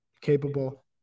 capable